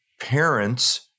parents